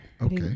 okay